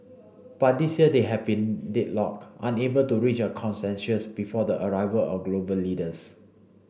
but this year they have been deadlocked unable to reach a consensus before the arrival of global leaders